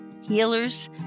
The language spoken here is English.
healers